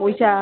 পইচা